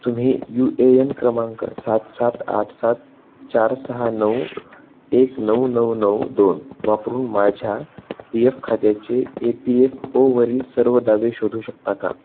तुम्ही U A N क्रमांक सात सात आठ सात चार सहा नऊ एक नऊ नऊ नऊ दोन वापरून माझ्या पी एफ खात्याचे ए पी एफ ओवरील सर्व दावे शोधू शकता का